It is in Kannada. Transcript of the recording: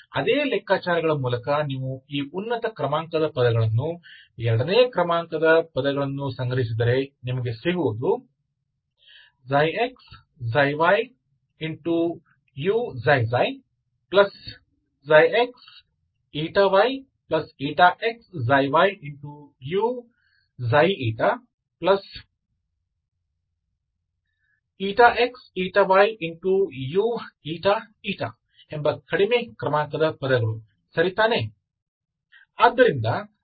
ಅದೇ ಲೆಕ್ಕಾಚಾರಗಳ ಮೂಲಕ ನೀವು ಈ ಉನ್ನತ ಕ್ರಮಾಂಕದ ಪದಗಳನ್ನು ಎರಡನೇ ಕ್ರಮಾಂಕದ ಪದಗಳನ್ನು ಸಂಗ್ರಹಿಸಿದರೆ ನಿಮಗೆ ಸಿಗುವುದು ξx ξyuξξ ξxyxyuξηxyuηη ಎಂಬ ಕಡಿಮೆ ಕ್ರಮಾಂಕದ ಪದಗಳು ಸರಿ ತಾನೇ